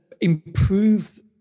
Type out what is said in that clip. improve